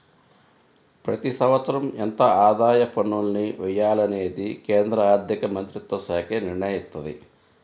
ప్రతి సంవత్సరం ఎంత ఆదాయ పన్నుల్ని వెయ్యాలనేది కేంద్ర ఆర్ధికమంత్రిత్వశాఖే నిర్ణయిత్తది